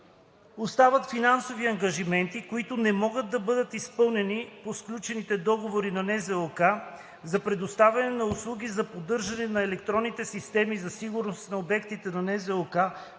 остават финансови ангажименти, които не могат да бъдат изпълнени, по сключените договори на НЗОК за предоставяне на услуги за поддръжка на електронните системи за сигурност в обектите на НЗОК,